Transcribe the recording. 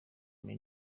muri